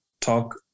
talk